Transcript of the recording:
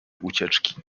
ucieczki